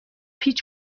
هیچ